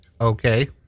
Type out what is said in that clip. okay